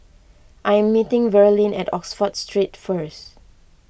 I am meeting Verlyn at Oxford Street first